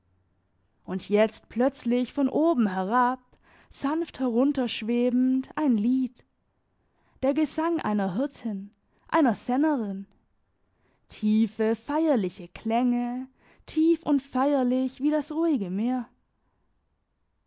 und jetzt plötzlich von oben herab sanft herunterschwebend ein lied der gesang einer hirtin einer sennerin tiefe feierliche klänge tief und feierlich wie das ruhige meer